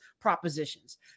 propositions